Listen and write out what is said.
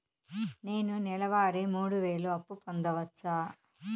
నేను నెల వారి మూడు వేలు అప్పు పొందవచ్చా?